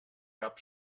cap